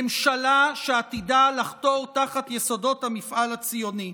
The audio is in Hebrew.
ממשלה שעתידה לחתור תחת יסודות המפעל הציוני.